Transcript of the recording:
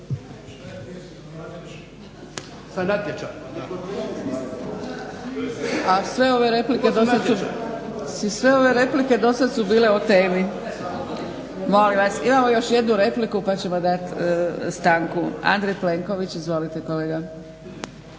sve ove replike dosad su bile o temi. Molim vas, imamo još jednu repliku pa ćemo dati stanku. Andrej Plenković, izvolite kolega.